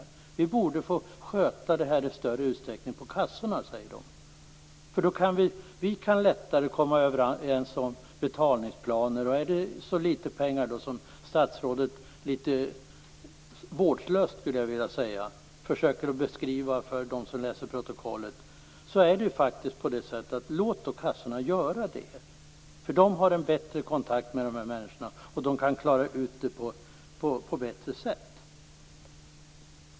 De säger att de borde få sköta det här i större utsträckning på kassorna, därför att de kan lättare komma överens om betalningsplaner. Om det är fråga om så litet pengar - som statsrådet litet vårdslöst försöker beskriva det för dem som läser protokollet - bör vi låta kassorna göra det. De har en bättre kontakt med dessa människor, och de kan klara ut det på ett bättre sätt.